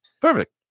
Perfect